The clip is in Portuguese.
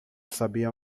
sabia